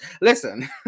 Listen